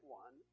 one